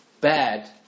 bad